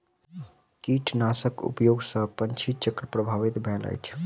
कीटनाशक उपयोग सॅ पंछी चक्र प्रभावित भेल अछि